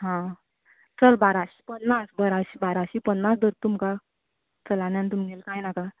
हां चल बाराशे पन्नास बाराशे बाराशे पन्नास धरात तुमका चल आनी आनी तुमगेलें कांय नाका